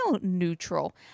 neutral